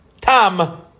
Tom